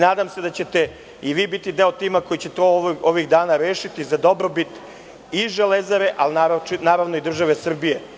Nadam se da ćete i vi biti deo tima koji će ovih dana rešiti za dobrobit i „Železare“, ali naravno i države Srbije.